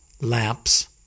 lamps